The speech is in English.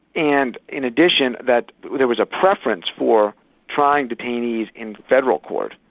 and in addition, that there was a preference for trying detainees in federal court,